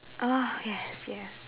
oh yes yes